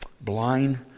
Blind